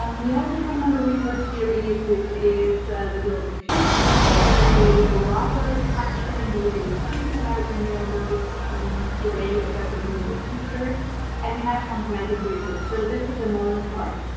um we also have report series which is the global futures report, where we're rather capturing the way we think about renewables today about the renewable future and we have some some and reports. so, this is the knowledge part.